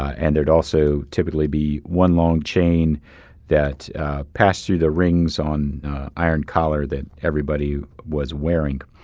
and there'd also typically be one long chain that passed through the rings on iron collar that everybody was wearing.